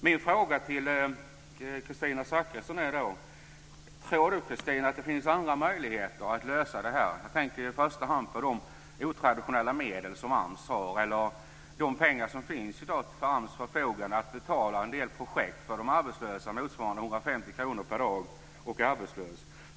Min fråga till Kristina Zakrisson är då: Tror Kristina Zakrisson att det finns andra möjligheter att lösa det här? Jag tänker i första hand på de otraditionella medel som AMS har eller de pengar som i dag står till AMS förfogande för att betala en del projekt för de arbetslösa motsvarande 150 kr per dag och arbetslös.